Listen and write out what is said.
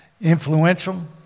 influential